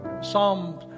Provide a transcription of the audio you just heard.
Psalm